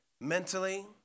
mentally